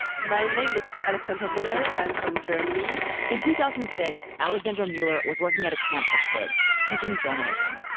my name is alexandra mueller. i am from germany in two thousand and six, alexandra mueller was working at a camp for kids teaching journalism.